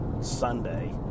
Sunday